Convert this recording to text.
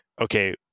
okay